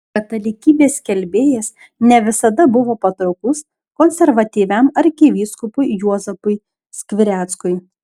katalikybės skelbėjas ne visada buvo patrauklus konservatyviam arkivyskupui juozapui skvireckui